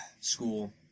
school